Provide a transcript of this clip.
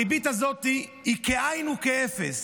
הריבית הזאת היא כאין וכאפס,